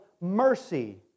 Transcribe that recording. mercy